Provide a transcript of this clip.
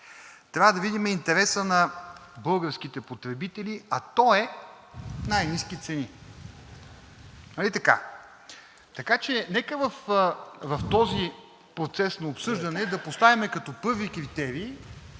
трябва да видим интереса на българските потребители, а той е най-ниски цени. Нали така?! Така че нека в този процес на обсъждане да поставим като първи критерий